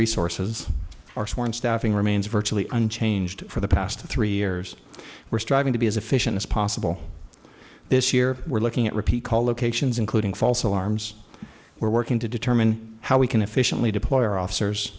resources our sworn staffing remains virtually unchanged for the past three years we're striving to be as efficient as possible this year we're looking at repeat call locations including false alarms we're working to determine how we can efficiently deploy our officers